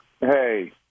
hey